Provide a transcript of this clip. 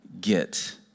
get